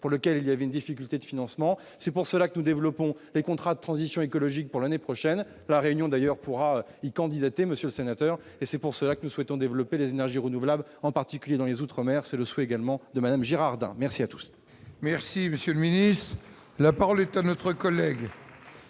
pour lequel il y avait une difficulté de financement, c'est pour cela que nous développons les contrats de transition écologique pour l'année prochaine, la réunion d'ailleurs pourra y candidater monsieur le sénateur, et c'est pour cela que nous souhaitons développer les énergies renouvelables, en particulier dans les outre-mer, c'est le souhait également de Madame Girardin, merci à tous. Merci monsieur le ministre, la parole est à notre collègue.